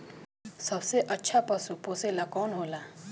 सबसे अच्छा पशु पोसेला कौन होला?